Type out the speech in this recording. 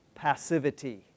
Passivity